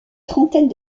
trentaine